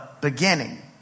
beginning